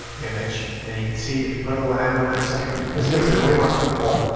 image and you can see if you put a little hand movement or something. this makes it a way more clickable